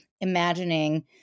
imagining